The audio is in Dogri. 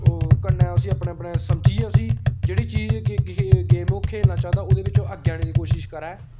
ओह् कन्नै उसी अपना अपना समझियै उसी जेह्ड़ी चीज गेम ओह् खेलना चांह्दा ओह्दे बिच्च ओह् अग्गें आने दी कोशिश करै